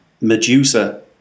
Medusa